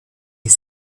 est